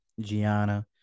Gianna